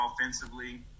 offensively